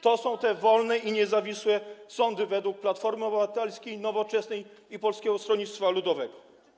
To są te wolne i niezawisłe sądy według Platformy Obywatelskiej, Nowoczesnej i Polskiego Stronnictwa Ludowego.